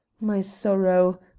my sorrow!